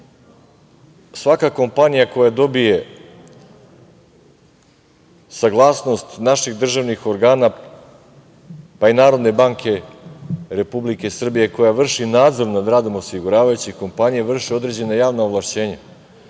svaka kompanija koja dobije saglasnost naših državnih organa, pa i Narodne banke Republike Srbije, koja vrši nadzor nad radom osiguravajućih kompanija vrše određena javna ovlašćenja.